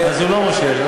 אז הוא לא מושך.